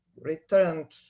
returned